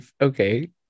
okay